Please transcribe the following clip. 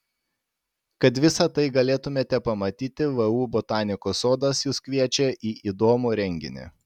kad visa tai galėtumėte pamatyti vu botanikos sodas jus kviečia į įdomų renginį